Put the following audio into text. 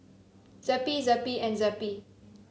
Zappy Zappy and Zappy